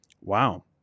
Wow